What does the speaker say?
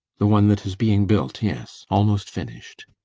the one that is being built, yes. almost finished.